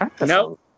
No